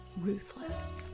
Ruthless